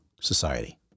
society